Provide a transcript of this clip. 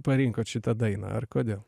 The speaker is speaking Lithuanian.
parinkot šitą dainą ar kodėl